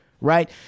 right